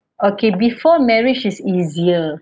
okay before marriage is easier